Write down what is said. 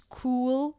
cool